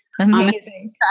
amazing